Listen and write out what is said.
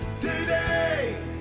today